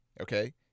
okay